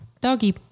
doggy